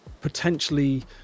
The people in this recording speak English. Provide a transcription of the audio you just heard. potentially